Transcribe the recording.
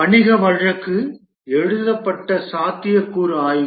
வணிக வழக்கு எழுதப்பட்ட சாத்தியக்கூறு ஆய்வு